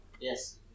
yes